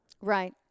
Right